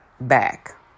back